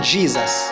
Jesus